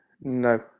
No